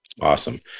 Awesome